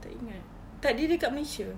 tak ingat tak dia dekat malaysia